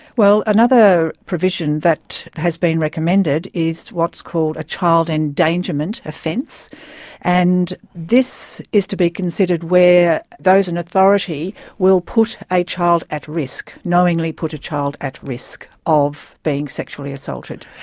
well another provision that has been recommended is what's called a child endangerment offence and this is to be considered where those in authority will put a child at risk, knowingly put a child at risk of being sexually assaulted.